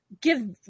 give